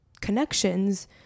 connections